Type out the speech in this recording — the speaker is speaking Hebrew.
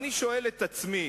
אני שואל את עצמי